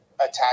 attack